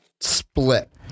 split